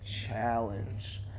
challenge